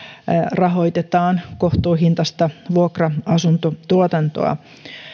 rahoitetaan kohtuuhintaista vuokra asuntotuotantoa